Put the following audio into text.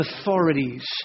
authorities